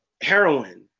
heroin